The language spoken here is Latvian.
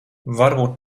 varbūt